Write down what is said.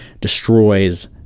destroys